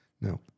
No